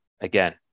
again